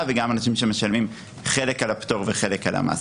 וגם אנשים שמשלמים חלק על הפטור וחלק על המס.